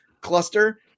cluster